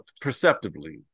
perceptibly